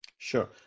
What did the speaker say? sure